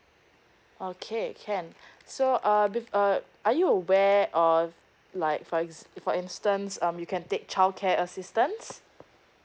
okay can so err be~ err are you where of like for exist for instance um you can take child care assistance